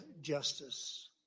justice